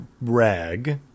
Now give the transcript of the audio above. rag